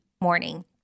morning